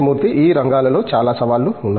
మూర్తి ఈ రంగాలలో చాలా సవాళ్లు ఉన్నాయి